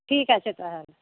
ঠিক আছে তাহলে